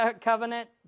Covenant